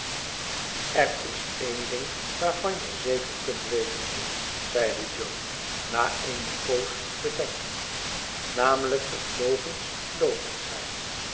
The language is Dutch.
er is en ding waarvan je zeker kunt wezen pip zeide jo na eene poos bedenkens namelijk dat logens logens zijn